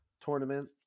tournament